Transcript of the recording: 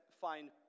find